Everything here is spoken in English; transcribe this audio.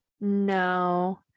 no